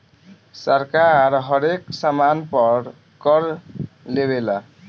सरकार हरेक सामान पर कर लेवेला